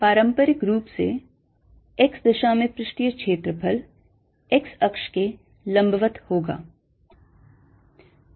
पारंपरिक रूप से x दिशा में पृष्ठीय क्षेत्रफल x अक्ष के लंबवत होगा